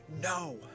No